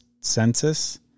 census